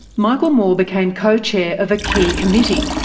michael moore became co-chair of a key committee,